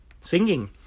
singing